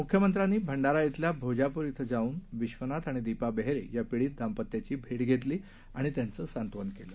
मुख्यमंत्र्यांनी भंडारा इथल्या भोजाप्र इथं जाऊन विश्वनाथ आणि दीपा बेहेरे या पिडित दाम्पत्याची भे घेतली आणि त्यांचं सांत्वन केलं